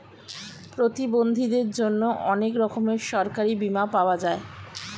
প্রতিবন্ধীদের জন্যে অনেক রকমের সরকারি বীমা পাওয়া যায়